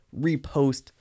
repost